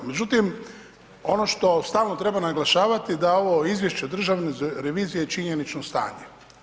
Međutim, ono što stalno treba naglašavati da ovo izvješće Državne revizije je činjenično stanje.